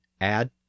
add